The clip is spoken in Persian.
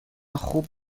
خوب